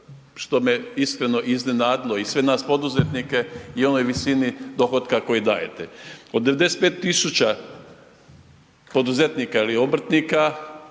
što me iskreno iznenadilo i sve nas poduzetnike, i onoj visini dohotka koji dajete. Od 95 000 poduzetnika ili obrtnika